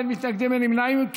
אין מתנגדים, אין נמנעים.